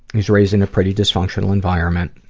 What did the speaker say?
he's raised in a pretty dysfunctional environment.